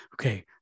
okay